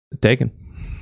taken